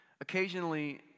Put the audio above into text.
Occasionally